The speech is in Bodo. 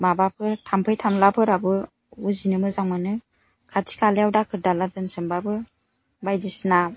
माबाफोर थाम्फै थामला फोराबो उजिनो मोजां मोनो खाथि खालायाव दाखोर दाला दोनसोमबाबो बायदिसिना